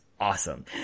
awesome